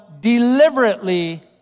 deliberately